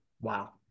Wow